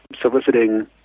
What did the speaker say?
soliciting